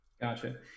Gotcha